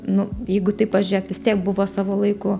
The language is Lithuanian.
nu jeigu taip pažiūrėt vis tiek buvo savo laiku